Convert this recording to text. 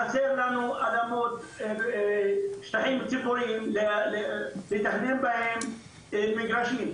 חסרות לנו אדמות ושטחים ציבוריים לתכנן בהם מגרשים,